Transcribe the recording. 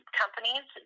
companies